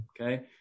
Okay